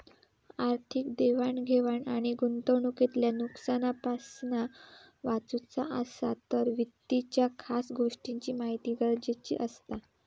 आर्थिक देवाण घेवाण आणि गुंतवणूकीतल्या नुकसानापासना वाचुचा असात तर वित्ताच्या खास गोष्टींची महिती गरजेची असता